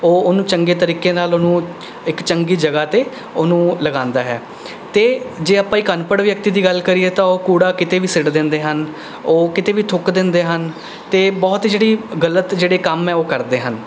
ਉਹ ਉਹਨੂੰ ਚੰਗੇ ਤਰੀਕੇ ਨਾਲ ਉਹਨੂੰ ਇੱਕ ਚੰਗੀ ਜਗ੍ਹਾ 'ਤੇ ਉਹਨੂੰ ਲਗਾਉਂਦਾ ਹੈ ਅਤੇ ਜੇ ਆਪਾਂ ਇੱਕ ਅਨਪੜ੍ਹ ਵਿਅਕਤੀ ਦੀ ਗੱਲ ਕਰੀਏ ਤਾਂ ਉਹ ਕੂੜਾ ਕਿਤੇ ਵੀ ਸੁੱਟ ਦਿੰਦੇ ਹਨ ਉਹ ਕਿਤੇ ਵੀ ਥੁੱਕ ਦਿੰਦੇ ਹਨ ਅਤੇ ਬਹੁਤ ਜਿਹੜੀ ਗਲਤ ਜਿਹੜੇ ਕੰਮ ਹੈ ਉਹ ਕਰਦੇ ਹਨ